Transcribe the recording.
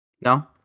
No